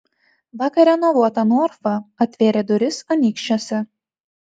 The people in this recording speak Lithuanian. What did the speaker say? vakar renovuota norfa atvėrė duris anykščiuose